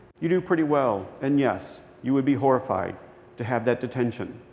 you do pretty well. and, yes, you would be horrified to have that detention.